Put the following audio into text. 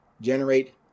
generate